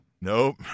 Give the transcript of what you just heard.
nope